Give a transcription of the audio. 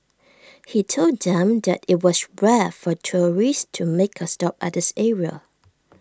he told them that IT was rare for tourists to make A stop at this area